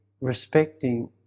respecting